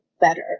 better